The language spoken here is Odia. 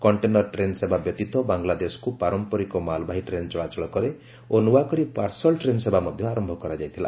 କଣ୍ଟେନର ଟ୍ରେନ୍ ସେବା ବ୍ୟତୀତ ବାଂଲାଦେଶକୁ ପାରମ୍ପରିକ ମାଲ୍ବାହୀ ଟ୍ରେନ୍ ଚଳାଚଳ କରେ ଓ ନ୍ତଆକରି ପାର୍ସଲ ଟ୍ରେନ୍ ସେବା ମଧ୍ୟ ଆରମ୍ଭ କରାଯାଇଥିଲା